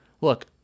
look